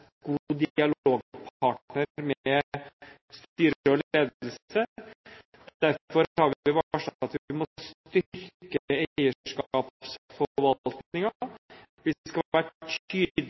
dialogpartner for styre og ledelse. Derfor har vi varslet at vi må styrke eierskapsforvaltningen. Vi skal være